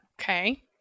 Okay